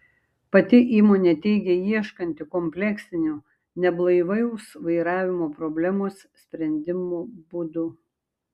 pati įmonė teigia ieškanti kompleksinių neblaivaus vairavimo problemos sprendimo būdų